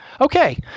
Okay